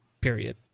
period